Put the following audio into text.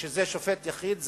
שזה שופט יחיד.